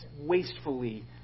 wastefully